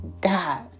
God